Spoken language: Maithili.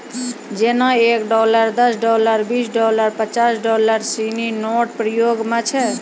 जेना एक डॉलर दस डॉलर बीस डॉलर पचास डॉलर सिनी नोट प्रयोग म छै